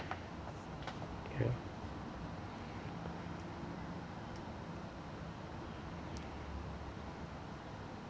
ya